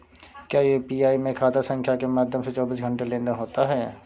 क्या यू.पी.आई में खाता संख्या के माध्यम से चौबीस घंटे लेनदन होता है?